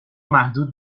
محدود